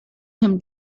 him